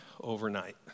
overnight